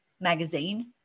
magazine